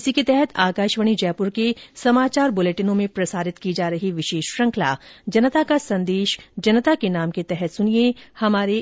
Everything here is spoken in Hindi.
इसी के तहत आकाशवाणी जयपुर के समाचार बुलेटिनों में प्रसारित की जा रही विशेष श्रुखंला जनता का संदेश जनता के नाम के तहत सुनिये हमारे